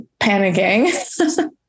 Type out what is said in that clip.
panicking